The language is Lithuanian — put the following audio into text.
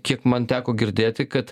kiek man teko girdėti kad